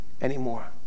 anymore